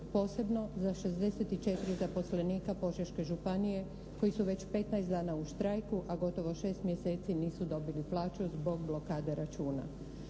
posebno za 64 zaposlenika Požeške županije koji su već petnaest dana u štrajku a gotovo šest mjeseci nisu dobili plaću zbog blokade računa.